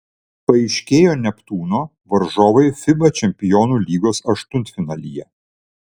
paaiškėjo neptūno varžovai fiba čempionų lygos aštuntfinalyje